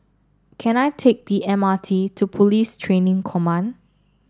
can I take the M R T to Police Training Command